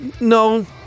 no